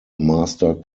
master